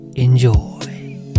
Enjoy